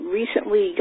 recently